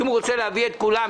אם הוא רוצה להביא את כל ההעברות,